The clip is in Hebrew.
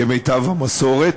כמיטב המסורת,